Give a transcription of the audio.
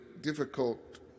difficult